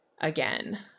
again